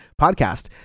podcast